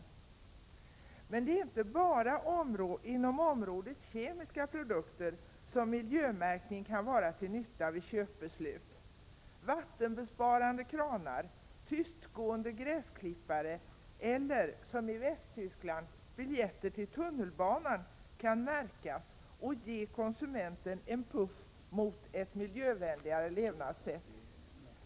Det är emellertid inte bara inom området kemiska produkter som miljömärkning kan vara till nytta vid köpbeslut. Vattenbesparande kranar, tystgående gräsklippare eller — som i Västtyskland — biljetter till tunnelbanan kan märkas och ge konsumenten en puff mot ett miljövänligare levnadssätt.